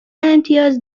امتیاز